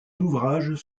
ouvrages